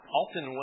often